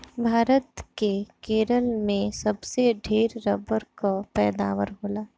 भारत के केरल में सबसे ढेर रबड़ कअ पैदावार होला